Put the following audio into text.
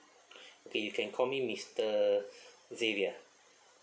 okay you can call me mister xavier